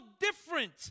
different